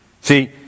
See